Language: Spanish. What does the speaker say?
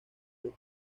los